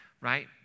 right